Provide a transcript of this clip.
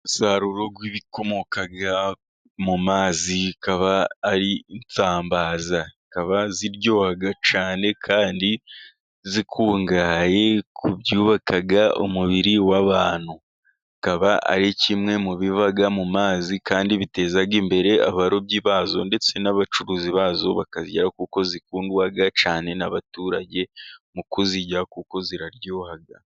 Umusaruro w'ibikomoka mu mazi bikaba ari insambaza, zikaba ziryoha cyane kandi zikungahaye ku byubaka umubiri w'abantu zikaba ari kimwe mu biba mu mazi kandi biteza imbere abarobyi bazo, ndetse n'abacuruzi bazo bakazirya kuko zikundwa cyane n'abaturage mu kuzirya kuko ziraryoha.